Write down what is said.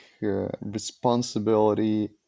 responsibility